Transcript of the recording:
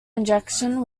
injection